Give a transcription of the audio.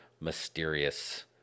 mysterious